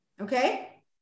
okay